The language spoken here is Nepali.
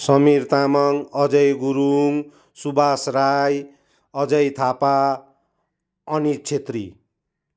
समीर तामाङ अजय गुरुङ सुभाष राई अजय थापा अनिल छेत्री